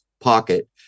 pocket